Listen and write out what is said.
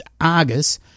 Argus